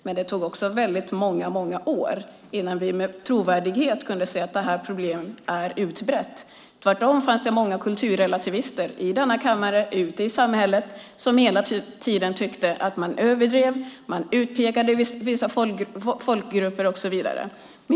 Men det tog också väldigt många år innan vi med trovärdighet kunde säga att det här problemet är utbrett. Tvärtom fanns det många kulturrelativister i denna kammare och ute i samhället som hela tiden tyckte att man överdrev, att man utpekade vissa folkgrupper och så vidare.